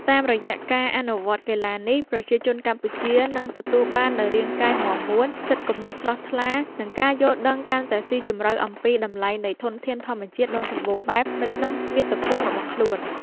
តាមរយៈការអនុវត្តកីឡានេះ ប្រជាជនកម្ពុជានឹងទទួលបាននូវ រាងកាយមាំមួន ចិត្តគំនិតស្រស់ថ្លា និងការយល់ដឹងកាន់តែស៊ីជម្រៅអំពីតម្លៃនៃធនធានធម្មជាតិដ៏សម្បូរបែបនៅក្នុងមាតុភូមិរបស់ខ្លួន។